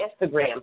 Instagram